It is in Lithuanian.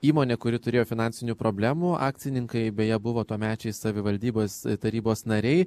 įmonė kuri turėjo finansinių problemų akcininkai beje buvo tuomečiai savivaldybės tarybos nariai